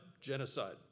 genocide